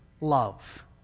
love